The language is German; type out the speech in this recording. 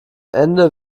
ende